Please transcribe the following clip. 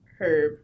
Herb